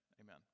amen